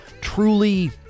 truly